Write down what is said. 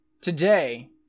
today